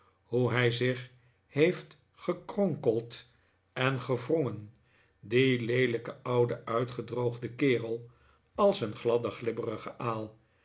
hoe hij zich heeft gekronkeld en gewrongen die leelijke oude uitgedroogde kerel als een gladde glibberige